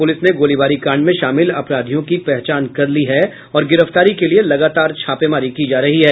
प्रलिस ने गोलीबारी कांड में शामिल अपराधियों की पहचान कर ली है और गिरफ्तारी के लिए लगातार छापेमारी की जा रही है